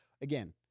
again